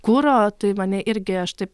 kuro tai mane irgi aš taip